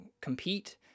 compete